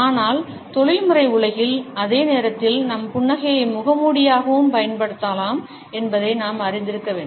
ஆனால் தொழில்முறை உலகில் அதே நேரத்தில் நம் புன்னகையை முகமூடியாகவும் பயன்படுத்தலாம் என்பதை நாம் அறிந்திருக்க வேண்டும்